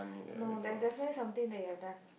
no there is definitely something that you have done